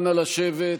אנא לשבת.